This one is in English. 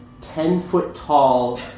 ten-foot-tall